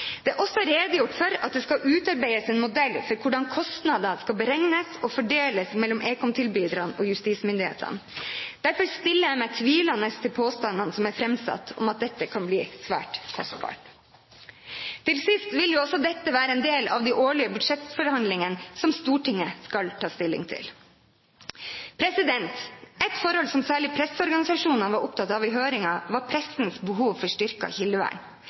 Det er også redegjort for at det skal utarbeides en modell for hvordan kostnadene skal beregnes og fordeles mellom ekomtilbyderne og justismyndighetene. Derfor stiller jeg meg tvilende til påstandene som er framsatt om at dette kan bli svært kostbart. Til sist vil jo dette også være en del av de årlige budsjettforhandlingene som Stortinget skal ta stilling til. Ett forhold som særlig presseorganisasjonene var opptatt av i høringen, var pressens behov for